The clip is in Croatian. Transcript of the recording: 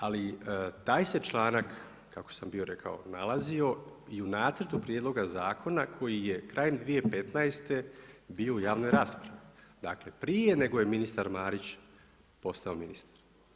Ali taj se članak kako sam bio rekao nalazio i u nacrtu prijedloga zakona koji je krajem 2015. u javnoj raspravi, dakle prije nego je ministar Marić postao ministar.